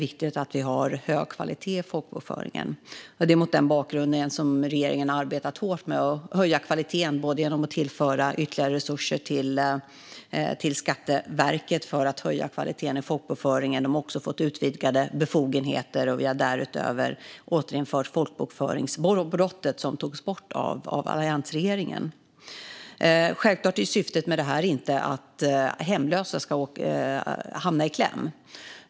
Mot den bakgrunden har regeringen arbetat hårt med att höja kvaliteten i folkbokföringen genom att tillföra ytterligare resurser till Skatteverket, som också har fått utvidgade befogenheter. Vi har därutöver återinfört folkbokföringsbrottet som togs bort av alliansregeringen. Självklart är syftet med det här inte att hemlösa ska hamna i kläm.